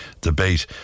debate